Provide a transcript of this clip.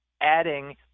Adding